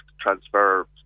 transfer